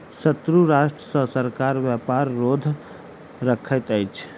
शत्रु राष्ट्र सॅ सरकार व्यापार रोध रखैत अछि